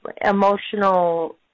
emotional